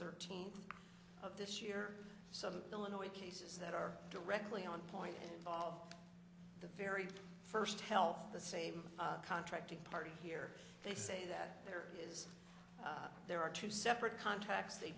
thirteenth of this year some illinois cases that are directly on point of the very first help the same contracting party here they say that there is there are two separate contacts they